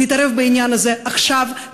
להתערב בעניין הזה עכשיו,